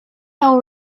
hill